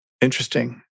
Interesting